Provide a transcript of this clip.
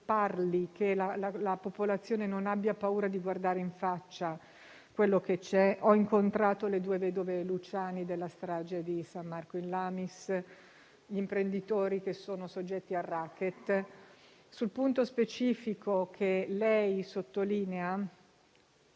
parli, che la popolazione non abbia paura di guardare in faccia quello che c'è. Ho incontrato anche le due vedove Luciani, le vedove della strage di San Marco in Lamis, e gli imprenditori soggetti al *racket*. Sul punto specifico sottolineato,